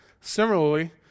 similarly